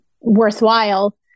worthwhile